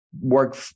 work